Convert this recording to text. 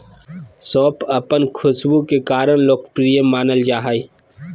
सौंफ अपन खुशबू के कारण लोकप्रिय मानल जा हइ